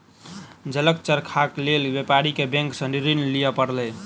जलक चरखाक लेल व्यापारी के बैंक सॅ ऋण लिअ पड़ल